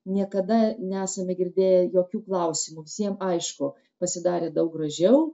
niekada nesame girdėję jokių klausimų visiem aišku pasidarė daug gražiau